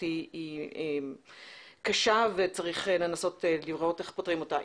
היא קשה וצריך לנסות לראות איך פותרים אותה.